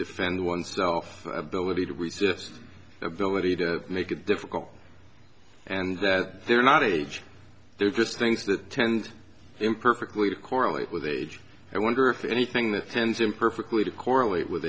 defend oneself ability to resist ability to make it difficult and that they're not age they're just things that tend imperfectly correlate with age i wonder if anything that tends in perfectly to correlate with